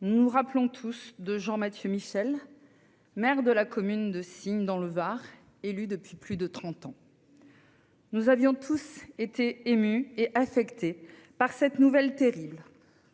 nous nous souvenons tous de Jean-Mathieu Michel, maire de la commune de Signes, dans le Var, élu depuis plus de trente ans. Nous avions tous été émus et affectés par cette nouvelle terrible.